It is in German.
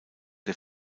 der